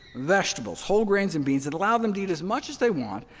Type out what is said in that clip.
vegetables, whole grains, and beans and allow them to eat as much as they want,